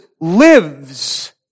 lives